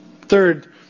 Third